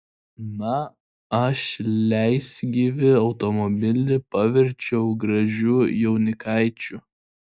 na aš leisgyvį automobilį paverčiau gražiu jaunikaičiu